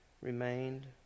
remained